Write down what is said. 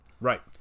right